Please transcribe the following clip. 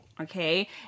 okay